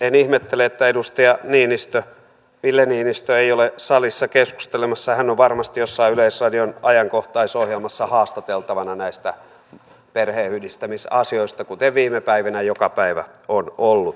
en ihmettele että edustaja ville niinistö ei ole salissa keskustelemassa hän on varmasti jossain yleisradion ajankohtaisohjelmassa haastateltavana näistä perheenyhdistämisasioista kuten viime päivinä joka päivä on ollut